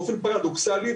באופן פרדוקסלי,